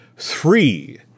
Three